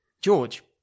George